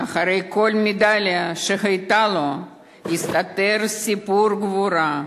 מאחורי כל מדליה שהיתה לו הסתתר סיפור גבורה,